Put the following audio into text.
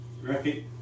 Right